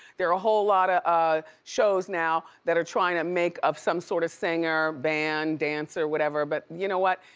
there are a whole lot of ah shows now that are trying to make some sort of singer, band, dancer, whatever. but you know what?